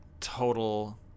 total